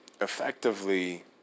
effectively